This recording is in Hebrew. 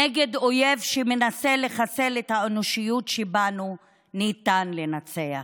נגד אויב שמנסה לחסל את האנושיות שבנו, ניתן לנצח.